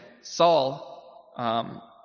Saul